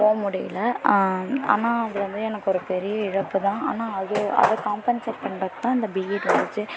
போக முடியல ஆனால் அது வந்து எனக்கு ஒரு பெரிய இழப்பு தான் ஆனால் அது அதை காம்பன்ஸியேட் பண்ணுறதுக்கு தான் இந்த பிஎட் வந்துட்டு